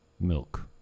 Milk